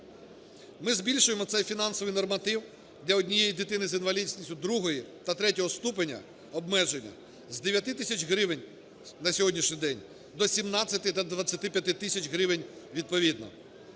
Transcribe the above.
Ми збільшуємо цей фінансовий норматив для однієї дитини з інвалідністю другого та третього ступеня обмеження з 9 тисяч гривень на сьогоднішній день до 17 та 25 тисяч гривень відповідно.